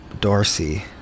Dorsey